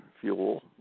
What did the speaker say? fuel